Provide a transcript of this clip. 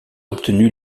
obtenu